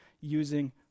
using